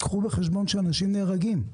קחו בחשבון שאנשים נהרגים.